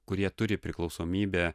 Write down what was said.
kurie turi priklausomybę